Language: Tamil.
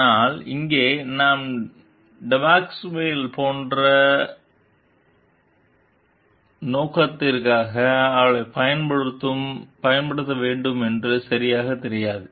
ஆனால் இங்கே நாம் டெபாஸ்குவேல் போன்ற என்ன நோக்கத்திற்காக அவளை பயன்படுத்த வேண்டும் என்று சரியாக தெரியாது